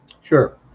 Sure